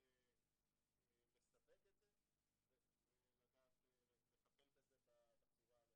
לסווג את זה ולדעת לטפל בזה בצורה הנכונה.